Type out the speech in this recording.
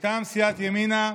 מטעם סיעת ימינה,